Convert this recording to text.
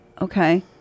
Okay